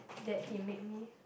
that he made me